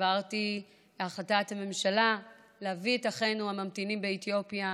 העברתי החלטת ממשלה להביא את אחינו הממתינים באתיופיה,